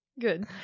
Good